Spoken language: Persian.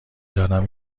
دارم